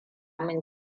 mun